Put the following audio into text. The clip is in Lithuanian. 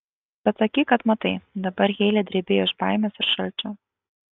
pasakyk kad matai dabar heile drebėjo iš baimės ir šalčio